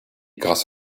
grâce